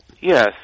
Yes